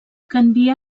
canvia